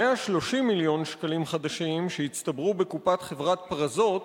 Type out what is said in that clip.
130 מיליון ש"ח שהצטברו בקופת חברת "פרזות",